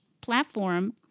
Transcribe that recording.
platform